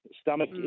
stomach